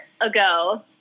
ago